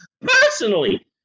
personally